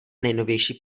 nejnovější